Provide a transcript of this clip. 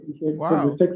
Wow